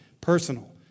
personal